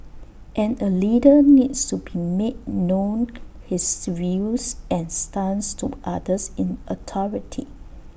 and A leader needs to be make known his views and stance to others in authority